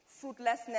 fruitlessness